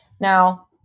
Now